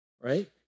right